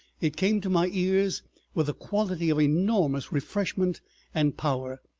it came to my ears with a quality of enormous refreshment and power.